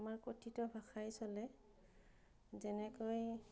আমাৰ কথিত ভাষাই চলে যেনেকৈ